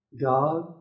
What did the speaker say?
God